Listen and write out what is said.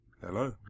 hello